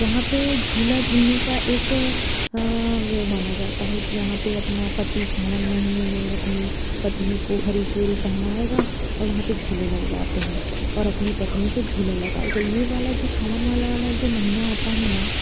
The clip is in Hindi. वहाँ पे झूला झूलने का एक वो माना जाता है कि यहाँ पे अपना पति सावन महीने में अपनी पत्नी को हरी चूड़ी पहनाएगा और वहाँ पे झूले लग जाते हैं और अपनी पत्नी को झूला लगाएगा ये वाला जो सावन वाला वाला जो महीना आता है ना